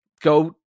go